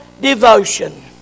devotion